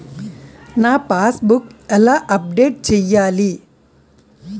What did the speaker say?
నా passbook ఎలా update చేయాలి?